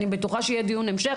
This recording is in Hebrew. אני בטוחה שיהיה דיון המשך